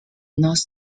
north